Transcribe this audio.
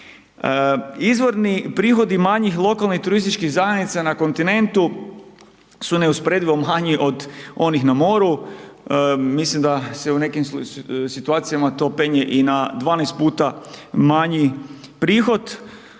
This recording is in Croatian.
Izvorni prihodi manjih lokalnih turističkih zajednica na kontinentu su neusporedivo manji od onih na moru, mislim da se u nekim situacijama to penje i na 12 puta manji prihod,